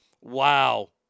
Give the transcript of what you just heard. Wow